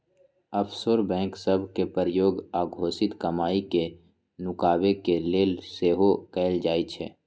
offshore bank सभ के प्रयोग अघोषित कमाई के नुकाबे के लेल सेहो कएल जाइ छइ